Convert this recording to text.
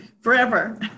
forever